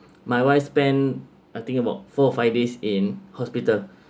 my wife spent I think about four five days in hospital